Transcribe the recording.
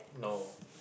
no